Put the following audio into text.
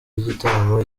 y’igitaramo